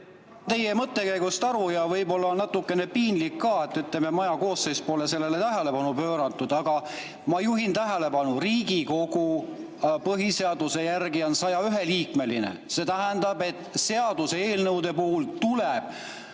teie mõttekäigust aru ja võib-olla on natukene piinlik ka, et maja koosseis pole sellele tähelepanu pööranud. Aga ma juhin tähelepanu. Riigikogu on põhiseaduse järgi 101‑liikmeline, see tähendab, et seaduseelnõude puhul see